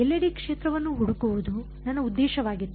ಎಲ್ಲೆಡೆ ಕ್ಷೇತ್ರವನ್ನು ಹುಡುಕುವುದು ನನ್ನ ಉದ್ದೇಶವಾಗಿತ್ತು